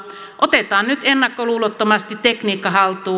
otetaan nyt ennakkoluulottomasti tekniikka haltuun